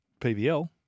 PBL